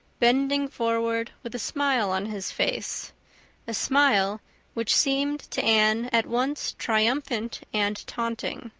bending forward with a smile on his face a smile which seemed to anne at once triumphant and taunting.